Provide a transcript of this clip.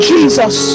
Jesus